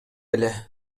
беле